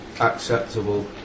acceptable